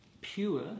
pure